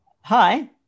Hi